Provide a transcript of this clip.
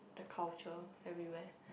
the cultural everywhere